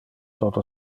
toto